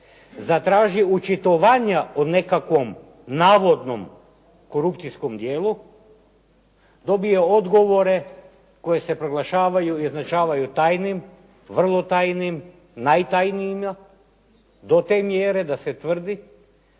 zatraži očitovanja o nekakvom navodnom korupcijskom djelu dobije odgovore koji se proglašavaju i označavaju tajnim, vrlo tajnim, najtajnijima do te mjere da se tvrdi